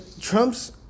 Trump's